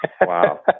wow